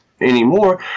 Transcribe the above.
anymore